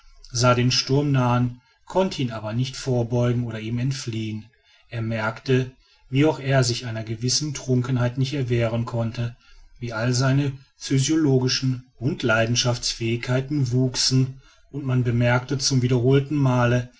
sah den sturm nahen konnte ihm aber nicht vorbeugen oder ihm entfliehen er merkte wie auch er sich einer gewissen trunkenheit nicht erwehren konnte wie all seine physiologischen und leidenschaftsfähigkeiten wuchsen und man bemerkte zu wiederholten malen